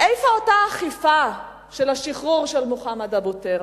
איפה אותה אכיפה של השחרור של מוחמד אבו טיר?